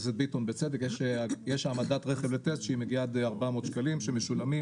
יש העמדת רכב לטסט שהיא מגיעה עד 400 שקלים שמשולמים